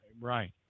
Right